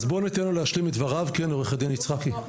אז בוא ניתן לו להשלים את דבריו, עורך דין ארליך.